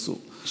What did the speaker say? בסוף.